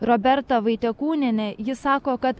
roberta vaitekūnienė ji sako kad